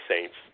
Saints